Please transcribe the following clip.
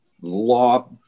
law